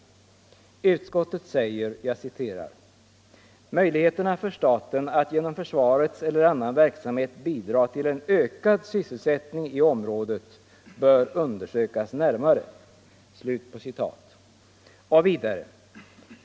Utskottet skriver: ”Möjligheterna för staten att genom försvarets eller annan verksamhet bidra till en ökad syssel sättning i området bör undersökas närmare.